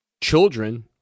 Children